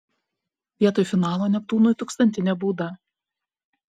vietoj finalo neptūnui tūkstantinė bauda